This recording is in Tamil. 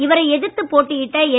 இவரை எதிர்த்து போட்டியிட்ட என்